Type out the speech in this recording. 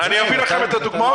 אני אביא לכם את הדוגמאות.